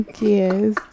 Yes